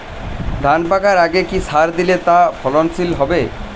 ধান পাকার আগে কি সার দিলে তা ফলনশীল হবে?